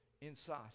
inside